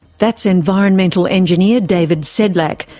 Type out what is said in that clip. that's environmental engineer david sedlak,